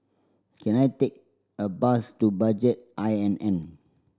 can I take a bus to Budget I N N